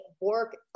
work